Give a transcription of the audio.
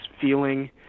feeling